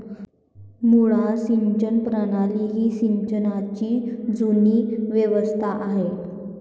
मुड्डा सिंचन प्रणाली ही सिंचनाची जुनी व्यवस्था आहे